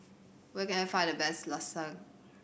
where can I find the best Lasagna